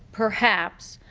perhaps,